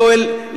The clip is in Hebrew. יואל,